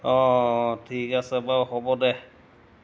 অঁ ঠিক আছে বাৰু হ'ব দে